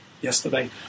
yesterday